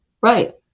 right